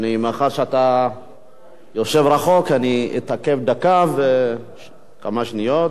מאחר שאתה יושב רחוק, אני אתעכב דקה, כמה שניות,